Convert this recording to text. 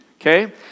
Okay